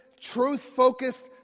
truth-focused